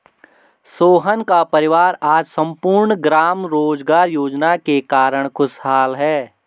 सोहन का परिवार आज सम्पूर्ण ग्राम रोजगार योजना के कारण खुशहाल है